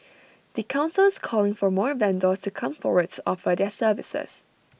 the Council is calling for more vendors to come forward to offer their services